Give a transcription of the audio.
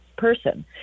person